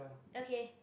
okay